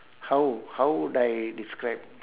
how how would I describe